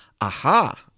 Aha